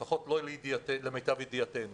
לפחות למיטב ידיעתנו.